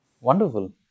Wonderful